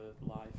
life